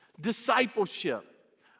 Discipleship